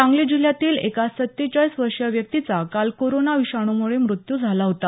सांगली जिल्ह्यातील एका सत्तेचाळीस वर्षीय व्यक्तीचा काल कोरोना विषाणुमुळे मृत्यू झाला होता